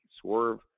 Swerve